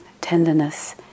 tenderness